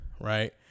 Right